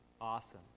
Awesome